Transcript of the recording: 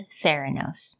Theranos